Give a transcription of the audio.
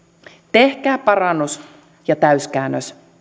tehkää parannus ja täyskäännös